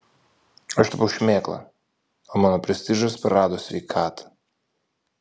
aš tapau šmėkla o mano prestižas prarado sveikatą